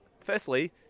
firstly